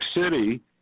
City